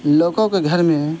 لوگوں کے گھر میں